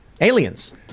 Aliens